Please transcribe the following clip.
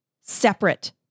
separate